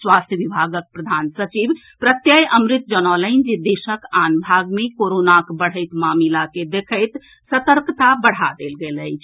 स्वास्थ्य विभाग प्रधान सचिव प्रत्यय अमृत जनौलनि जे देशक आन भाग मे कोरोनाक बढ़ैत मामिला के देखैत सतर्कता बढ़ा देल गेल अछि